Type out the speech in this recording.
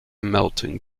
melting